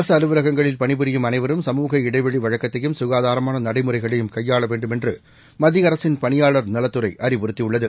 அரசு அலுவலகங்களில் பணிபுரியும் அனைவரும் சமுக இடைவெளி வழக்கத்தையும் சுகாதாரமாள நடைமுறைகளையும் கையாள வேண்டும் என்று மத்திய அரசின் பணியாளர் நலத் துறை அறிவுறத்தியுள்ளது